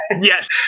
Yes